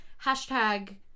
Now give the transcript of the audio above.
hashtag